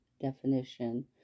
definition